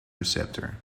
receptor